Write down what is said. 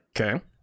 Okay